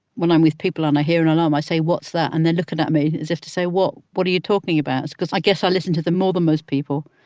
when i'm with people and i hear an alarm, i say, what's that? and they're looking at me as if to say, what? what are you talking about? it's because i guess i listen to them more than most people.